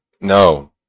No